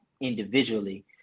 individually